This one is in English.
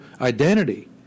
identity